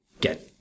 get